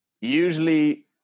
usually